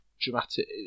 dramatic